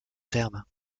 terme